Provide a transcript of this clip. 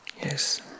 Yes